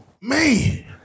Man